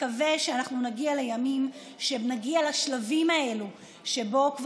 נקווה שאנחנו נגיע לשלבים האלה שבהם כבר